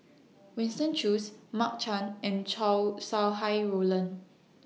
Winston Choos Mark Chan and Chow Sau Hai Roland